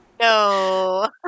No